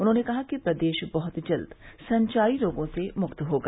उन्होंने कहा कि प्रदेश बह्त जल्द संचारी रोगों से मुक्त होगा